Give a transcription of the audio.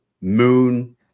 moon